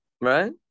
right